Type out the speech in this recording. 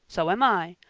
so am i.